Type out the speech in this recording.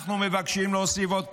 אנחנו מבקשים להוסיף עוד כסף.